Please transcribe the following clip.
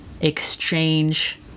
exchange